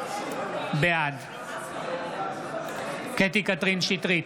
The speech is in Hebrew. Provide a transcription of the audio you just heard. בעד קטי קטרין שטרית,